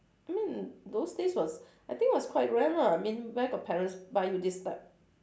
I mean those days was I think was quite rare lah I mean where got parents buy you this type